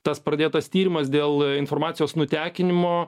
tas pradėtas tyrimas dėl informacijos nutekinimo